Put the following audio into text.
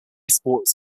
sports